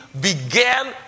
began